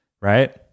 right